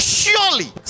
surely